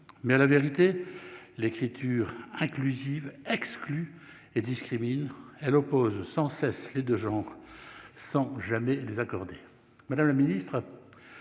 mais à la vérité, l'écriture inclusive exclu et discrimine elle oppose sans cesse les 2 genres sans jamais les accorder,